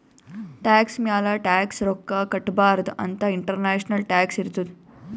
tax ಮ್ಯಾಲ tax ರೊಕ್ಕಾ ಕಟ್ಟಬಾರ್ದ ಅಂತ್ ಇಂಟರ್ನ್ಯಾಷನಲ್ ಟ್ಯಾಕ್ಸ್ ಇರ್ತುದ್